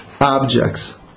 objects